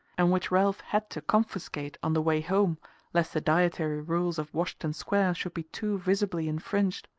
and which ralph had to confiscate on the way home lest the dietary rules of washington square should be too visibly infringed.